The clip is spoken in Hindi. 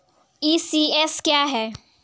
ई.सी.एस क्या है?